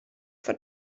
for